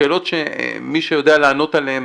שאלות שמי שיודע לענות עליהן,